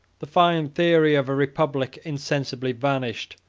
the fine theory of a republic insensibly vanished,